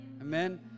Amen